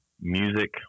music